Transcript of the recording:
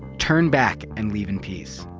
turn back and leave in peace.